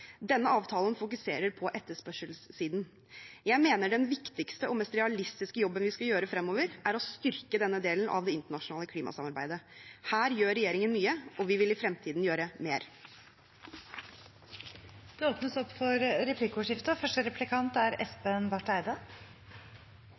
Denne avtalen fokuserer på etterspørselssiden. Jeg mener den viktigste og mest realistiske jobben vi skal gjøre fremover, er å styrke denne delen av det internasjonale klimasamarbeidet. Her gjør regjeringen mye, og vi vil i fremtiden gjøre mer. Det blir replikkordskifte. Statsråd Bru og jeg er